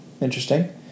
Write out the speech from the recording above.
Interesting